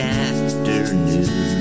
afternoon